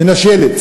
מנשלת,